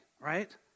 right